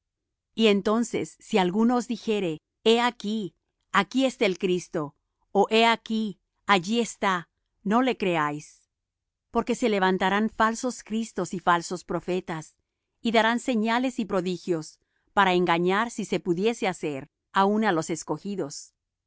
y entonces si alguno os dijere he aquí aquí está el cristo ó he aquí allí está no le creáis porque se levantarán falsos cristos y falsos profetas y darán señales y prodigios para engañar si se pudiese hacer aun á los escogidos